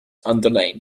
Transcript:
underlain